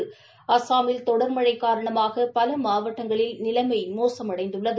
ு அஸ்ஸாமில் தொடர் மழை காரணமாக பல மாவட்டங்களில் நிலைமை மோசமடைந்துள்ளது